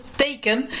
teken